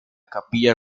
capilla